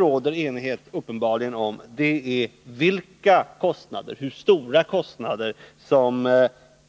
Vad det uppenbarligen inte råder enighet om är hur stora kostnader